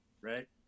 right